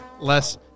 less